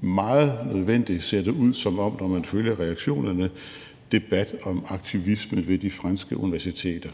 meget nødvendig – ser det ud som om, når man følger reaktionerne – debat om aktivisme ved de franske universiteter.